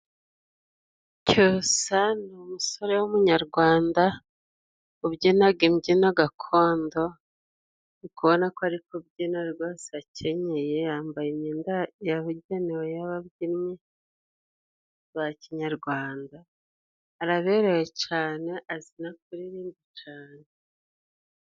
Cyusa ni umusore w'umunyarwanda ubyinaga imbyino gakondo, uri kubona ko ari kubyina rwose akenyeye yambaye imyenda yabugenewe y'ababyinnyi, ba kinyarwanda arabereye cane azi no kuririmba cane.